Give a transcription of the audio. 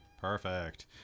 Perfect